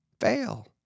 Fail